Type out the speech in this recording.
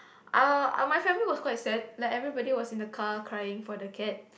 I'll my family was quite sad like everybody was in the car crying for the cat